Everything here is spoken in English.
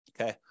Okay